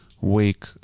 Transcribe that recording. wake